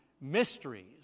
mysteries